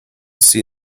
see